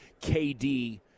KD